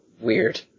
weird